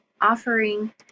offering